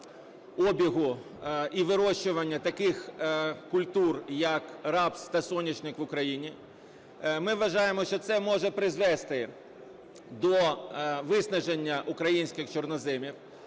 обігу і вирощування таких культур, як рапс та соняшник в Україні. Ми вважаємо, що це може призвести до виснаження українських чорноземів.